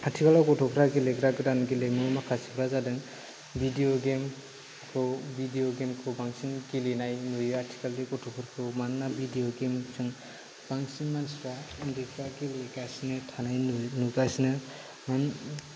आथिखालाव गथ'फोरा गेलेग्रा गोदान गेलेमु माखासेफ्रा जादों भिडिअ गेमखौ भिडिअ गेमखौ बांसिन गेलेनाय नुयो आथिखालनि गथ'फोरखौ मानोना भिडिअ गेमजों बांसिन मानसिफ्रा उन्दैफ्रा गेलेगासिनो थानाय नुगासिनो मानो